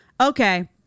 okay